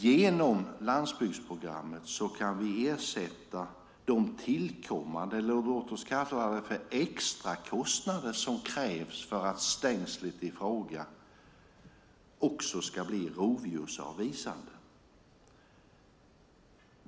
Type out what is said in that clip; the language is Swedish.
Genom landsbygdsprogrammet kan vi ersätta de tillkommande, eller låt oss kalla det för extra, kostnader som krävs för att stängslet i fråga också ska bli rovdjursavvisande.